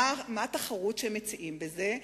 מה התחרות שמציעים בזה?